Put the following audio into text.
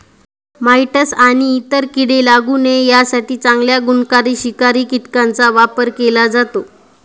mites आणि इतर कीडे लागू नये यासाठी चांगल्या गुणकारी शिकारी कीटकांचा वापर केला जातो